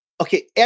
Okay